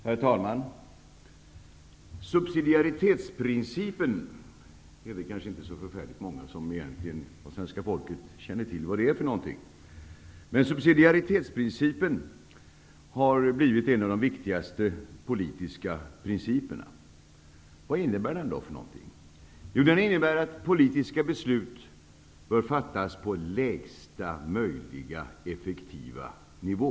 Herr talman! Subsidiaritetsprincipen är det kanske inte så många inom det svenska folket som egentligen känner till innebörden av. Men subsidiaritetsprincipen har blivit en av de viktigaste politiska principerna. Vad innebär den? Jo, den innebär att politiska beslut bör fattas på lägsta möjliga effektiva nivå.